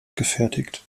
gefertigt